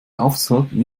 aufzuhalten